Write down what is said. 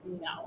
No